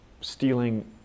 stealing